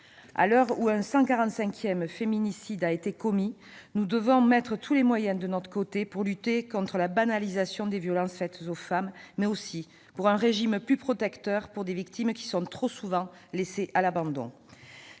À l'heure où un 145 féminicide a été commis cette année, nous devons mettre tous les moyens de notre côté pour lutter contre la banalisation des violences faites aux femmes, mais aussi pour instaurer un régime plus protecteur des victimes, trop souvent laissées à l'abandon.